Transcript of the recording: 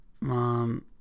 Mom